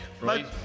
right